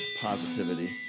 positivity